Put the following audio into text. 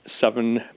seven